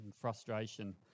frustration